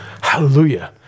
Hallelujah